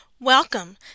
Welcome